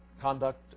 conduct